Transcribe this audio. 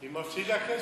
היא מפסידה כסף.